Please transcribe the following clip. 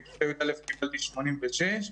בכיתה י' קיבלתי 88. בכיתה י"א 86,